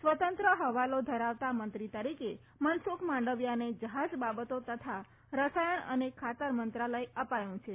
સ્વતંત્ર હવાલો ધરાવતા મંત્રી તરીકે મનસુખ માંડવીયાને જહાજ બાબતો તથા રસાયણ અને ખાતર મંત્રાલય અપાયું છે